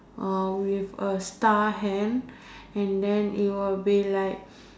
uh with a star hand and then it will be like